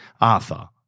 Arthur